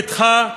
ביתך,